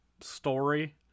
story